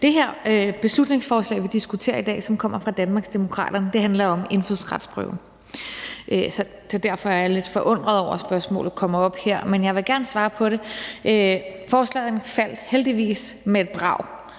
Det her beslutningsforslag, som vi diskuterer i dag, og som kommer fra Danmarksdemokraterne, handler om indfødsretsprøven, så derfor er jeg lidt forundret over, at spørgsmålet kommer op her, men jeg vil gerne svare på det. Forslagene faldt heldigvis til jorden